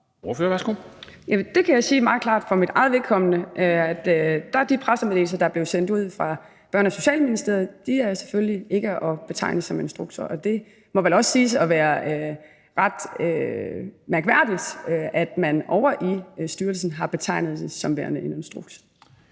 Det kan jeg for mit eget vedkommende sige meget klart: De pressemeddelelser, der blev sendt ud fra Børne- og Socialministeriet, er selvfølgelig ikke at betegne som instrukser. Og det må vel også siges at være ret mærkværdigt, at man ovre i styrelsen har betegnet det som værende en instruks.